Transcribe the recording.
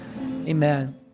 amen